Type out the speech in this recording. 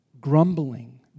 grumbling